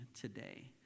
today